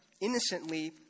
innocently